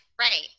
Right